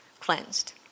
Cleansed